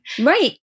Right